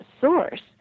source